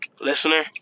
Listener